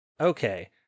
okay